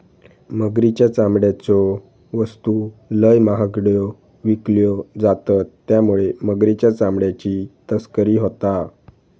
मगरीच्या चामड्याच्यो वस्तू लय महागड्यो विकल्यो जातत त्यामुळे मगरीच्या चामड्याची तस्करी होता